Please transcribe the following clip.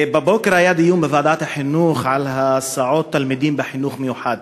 בבוקר היה דיון בוועדת החינוך על הסעות תלמידים בחינוך המיוחד,